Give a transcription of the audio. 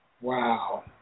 Wow